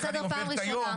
איך אני עובר את היום,